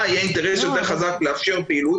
יהיה יותר אינטרס יותר חזק לאפשר פעילות,